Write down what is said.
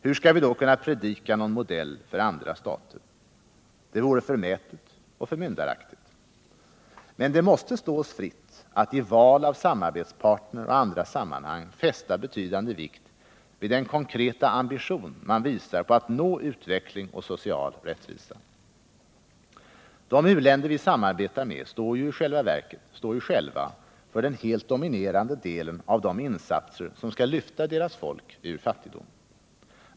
Hur skall vi då kunna predika någon modell för andra stater? Det vore förmätet och förmyndaraktigt. Men det måste stå oss fritt att vid val av samarbetspartner och i andra sammanhang fästa betydande vikt vid den konkreta ambition man visar att nå utveckling och social rättvisa. De u-länder vi samarbetar med står ju själva för den helt dominerande delen av de insatser som skall lyfta deras folk ur fattigdom.